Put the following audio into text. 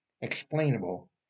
explainable